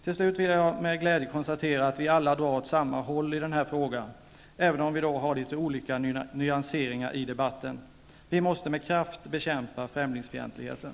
Jag konstaterar med glädje att vi alla drar åt samma håll i den här frågan, även om vi har litet olika nyanseringar i debatten. Vi måste med kraft bekämpa främlingsfientligheten.